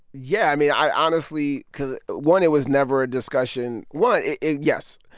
yeah, i mean, i, honestly because, one, it was never a discussion. one, it yes.